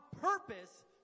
purpose